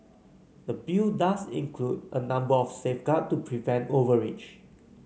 the bill does include a number of safeguard to prevent overreach